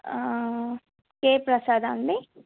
కే ప్రసాదా అండి